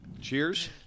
Cheers